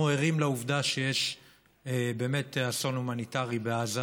אנחנו ערים לעובדה שיש באמת אסון הומניטרי בעזה,